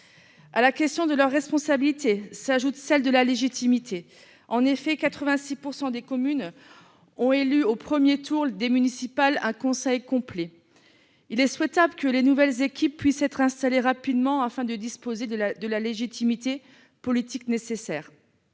À la question de leur responsabilité s'ajoute celle de la légitimité. En effet, 86 % des communes ont élu au premier tour des municipales un conseil complet. Il est souhaitable que les nouvelles équipes puissent être installées rapidement afin de disposer de la légitimité politique nécessaire.